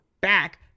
back